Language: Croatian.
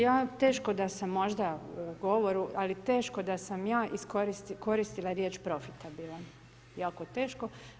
Ja teško da sam možda u govoru, ali teško da sam ja koristila riječ profitabilan, jako teško.